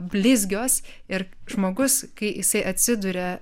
blizgios ir žmogus kai jisai atsiduria